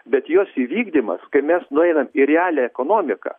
bet jos įvykdymas kai mes nueinam į realią ekonomiką